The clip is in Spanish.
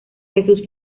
jesús